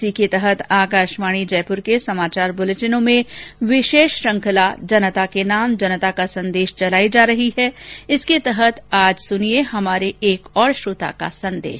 इसी के तहत आकाशवाणी जयपुर के समाचार बुलेटिनों में विशेष श्रृखंला जनता के नाम जनता का संदेश चलाई जा रही है इसके तहत सुनिये हमारे श्रोता का संदेश